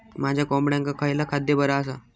माझ्या कोंबड्यांका खयला खाद्य बरा आसा?